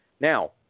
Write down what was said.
Now